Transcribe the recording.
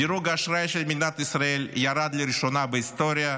דירוג האשראי של מדינת ישראל ירד לראשונה בהיסטוריה,